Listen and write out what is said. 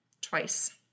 twice